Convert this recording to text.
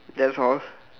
that's all